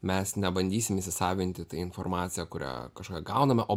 mes nebandysim įsisavinti tai informaciją kurią kažką gauname o